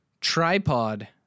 tripod